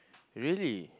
really